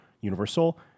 universal